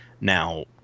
now